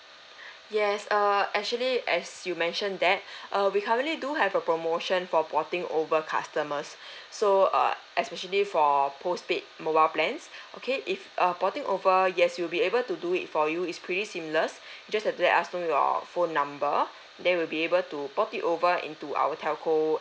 yes err actually as you mention that uh we currently do have a promotion for porting over customers so uh especially for postpaid mobile plans okay if uh porting over yes you'll be able to do it for you is pretty seamless just have to let us know your phone number then we'll be able to port it over into our telco